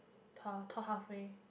tore tore halfway